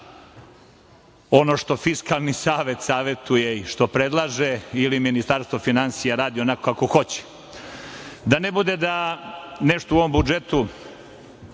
ono što Fiskalni savet savetuje i što predlaže ili Ministarstvo finansija radi onako kako hoće? Da ne bude da nešto u ovom budžetu